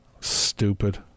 Stupid